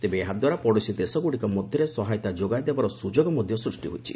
ତେବେ ଏହାଦ୍ୱାରା ପଡ଼ୋଶୀ ଦେଶଗୁଡ଼ିକ ମଧ୍ୟରେ ସହାୟତା ଯୋଗାଇ ଦେବାର ସୁଯୋଗ ମଧ୍ୟ ସୃଷ୍ଟି ହୋଇଛି